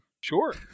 Sure